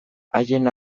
haien